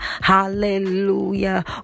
Hallelujah